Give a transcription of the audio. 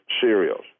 cereals